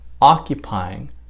occupying